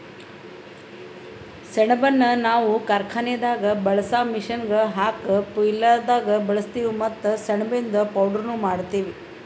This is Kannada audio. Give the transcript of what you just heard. ಸೆಣಬನ್ನ ನಾವ್ ಕಾರ್ಖಾನೆದಾಗ್ ಬಳ್ಸಾ ಮಷೀನ್ಗ್ ಹಾಕ ಫ್ಯುಯೆಲ್ದಾಗ್ ಬಳಸ್ತೀವಿ ಮತ್ತ್ ಸೆಣಬಿಂದು ಪೌಡರ್ನು ಮಾಡ್ತೀವಿ